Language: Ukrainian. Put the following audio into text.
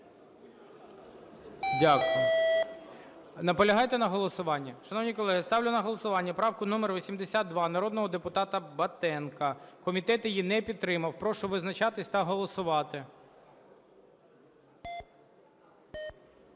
Дякую. Наполягаєте на голосуванні? Шановні колеги, ставлю на голосування правку номер 82 народного депутата Батенка. Комітет її не підтримав. Прошу визначатись та голосувати.